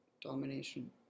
domination